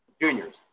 Juniors